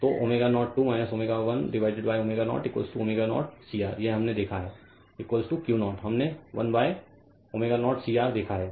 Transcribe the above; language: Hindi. तो ω2 ω 1 ω0 ω0 CR यह हमने देखा है Q0 हमने वन ω0 CR देखा है